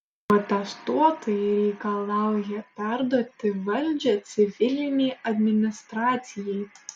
protestuotojai reikalauja perduoti valdžią civilinei administracijai